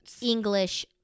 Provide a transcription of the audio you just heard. english